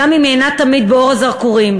גם אם אינה תמיד באור הזרקורים,